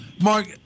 mark